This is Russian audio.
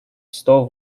сто